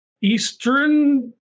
Eastern